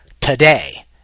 today